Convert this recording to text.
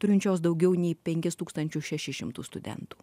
turinčios daugiau nei penkis tūkstančius šešis šimtus studentų